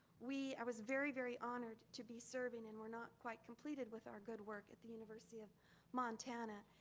we, i was very very honored to be serving, and we're not quite completed with our good work at the university of montana,